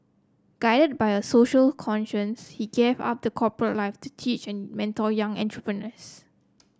guided by a social conscience he gave up the corporate life to teach and mentor young entrepreneurs